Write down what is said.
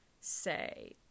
say